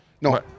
No